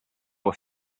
were